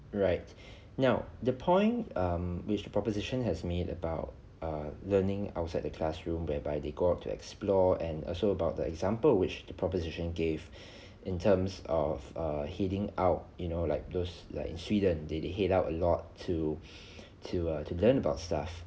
alright now the point um which the proposition has made about uh learning outside the classroom whereby they go to explore and also about the example which the proposition gave in terms of err heading out you know like those like in sweden they they head out a lot to to err to learn about stuff